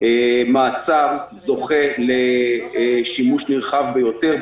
מעצר זוכה לשימוש נרחב ביותר,